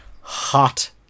hot